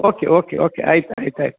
okay okay okay ಆಯ್ತು ಆಯ್ತು ಆಯ್ತು